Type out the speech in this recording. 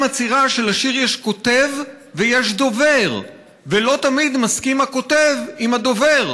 מצהירה שלשיר יש כותב ויש דובר / ולא תמיד מסכים הכותב עם הדובר